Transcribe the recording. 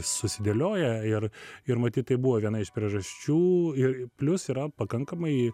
susidėlioja ir ir matyt tai buvo viena iš priežasčių ir plius yra pakankamai